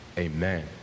amen